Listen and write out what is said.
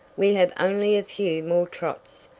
we have only a few more trots,